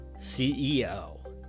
CEO